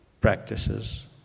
practices